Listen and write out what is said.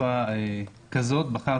שמי שבוחר